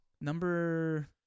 Number